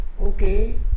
Okay